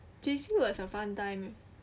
J_C was a fun time